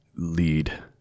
Lead